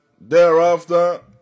thereafter